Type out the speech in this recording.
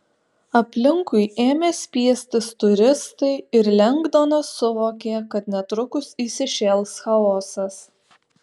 aplinkui ėmė spiestis turistai ir lengdonas suvokė kad netrukus įsišėls chaosas